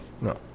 No